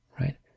right